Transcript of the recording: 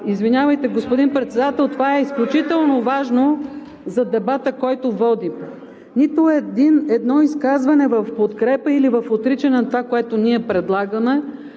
Извинявайте, господин Председател, това е изключително важно за дебата, който водим – нито едно изказване в подкрепа или в отричане на това, което ние предлагаме,